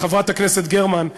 חברת הכנסת גרמן,